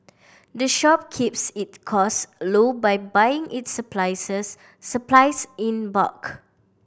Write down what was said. the shop keeps it cost low by buying its surprises supplies in bulk